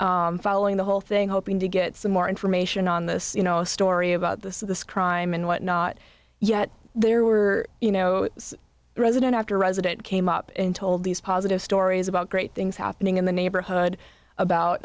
and following the whole thing hoping to get some more information on this you know story about the crime and what not yet there were you know resident after resident came up and told these positive stories about great things happening in the neighborhood about